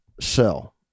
sell